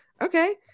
Okay